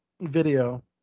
video